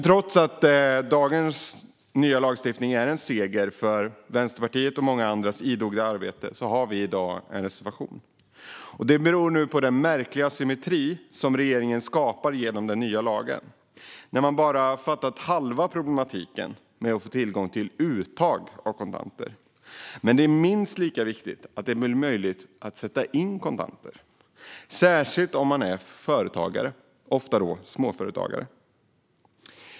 Trots att dagens nya lagstiftning är en seger för Vänsterpartiets och många andras idoga arbete har vi i dag en reservation. Det beror på den märkliga asymmetri som regeringen nu skapar genom den nya lagen. Man har bara fattat halva problematiken, den som handlar om att få tillgång till uttag av kontanter. Det är minst lika viktigt att det är möjligt att sätta in kontanter, särskilt om man är företagare. Det gäller inte minst småföretagare.